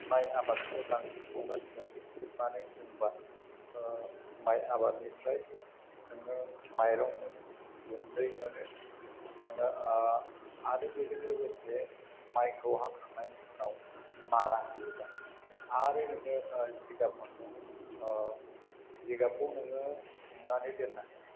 माय आबादखोनो बांसिन मावनानै जायो मानो होनोबा माय आबादनिफ्राय नोङो माइरं मोनो गुन्दै मोनो नोंना आरो बेजों लोगोसे मायखौ हाखांनायनि उनाव मारा होयोबा आरो नोङो जिगाब मोनबावो जिगाबखौ नोङो हुंनानै दोननानै